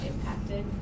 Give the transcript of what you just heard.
impacted